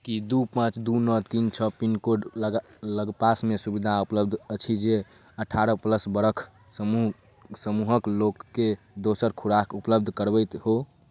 की दू पाँच दू नओ तीन छओ पिनकोडक लग लगपासमे सुविधा उपलब्ध अछि जे अठारह प्लस बरख समूह समूहक लोककेँ दोसर खुराक उपलब्ध करबैत हो